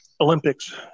Olympics